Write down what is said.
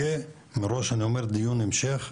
יהיה מראש אני אומר דיון המשך,